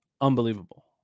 unbelievable